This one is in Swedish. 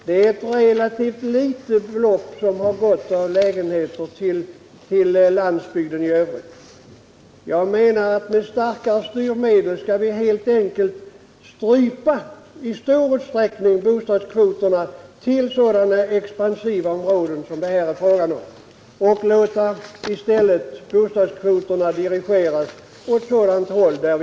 Det är en relativt liten del av lägenheterna som gått till landsbygden i övrigt. Jag anser att vi med starkare styrmedel i större utsträckning skall strypa bostadskvoterna i de expansiva områdena och i stället dirigera kvoterna till de områden där vi vill ha en jämnare bebyggelse.